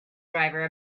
driver